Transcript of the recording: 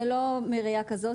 זה לא מראייה כזאת.